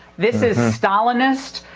this is stalinist.